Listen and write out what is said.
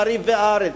ב"מעריב" וב"הארץ".